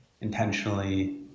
intentionally